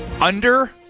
under-